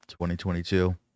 2022